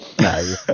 No